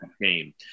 game